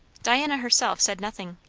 diana herself said nothing.